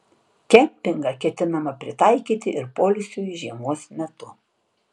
kempingą ketinama pritaikyti ir poilsiui žiemos metu